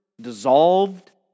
dissolved